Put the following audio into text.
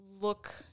look